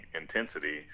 intensity